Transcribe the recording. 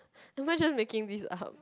am I just making this up